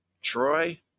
Troy